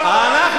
הוא מיעוט.